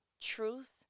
truth